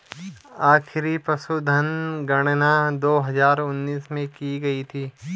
आखिरी पशुधन गणना दो हजार उन्नीस में की गयी थी